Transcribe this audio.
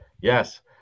Yes